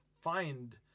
find